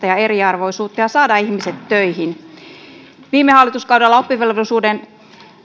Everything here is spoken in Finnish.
ja eriarvoisuutta ja saada ihmiset töihin viime hallituskaudella